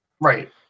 Right